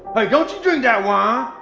don't you drink that wine,